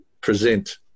present